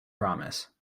promise